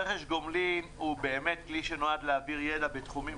רכש גומלין הוא כלי שנועד להעביר ידע בתחומים